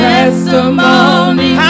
Testimony